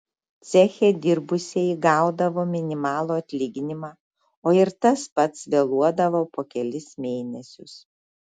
ceche dirbusieji gaudavo minimalų atlyginimą o ir tas pats vėluodavo po kelis mėnesius